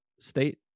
state